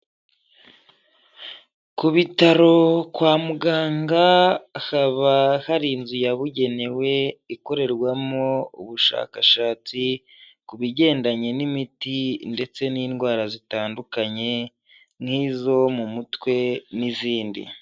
Ku bitaro kwa muganga, hakaba hari inzu yabugenewe ikorerwamo ubushakashatsi ku bigendanye n'imiti ndetse n'indwara zitandukanye nk'izo mu mutwe n'izindi.